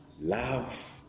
Love